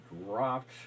Dropped